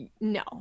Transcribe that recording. no